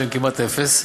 שהם כמעט אפס,